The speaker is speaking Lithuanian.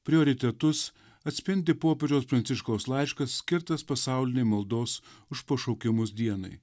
prioritetus atspindi popiežiaus pranciškaus laiškas skirtas pasaulinei maldos už pašaukimus dienai